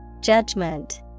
Judgment